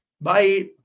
Bye